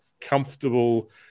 comfortable